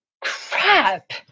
Crap